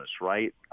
right